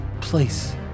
place